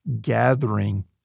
gathering